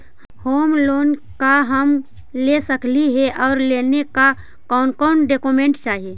Home loan का हम ले सकली हे, और लेने ला कोन कोन डोकोमेंट चाही?